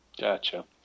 Gotcha